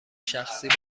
شخصی